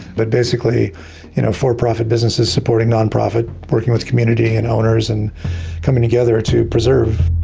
but basically you know for-profit businesses supporting non-profit, working with community and owners and coming together to preserve.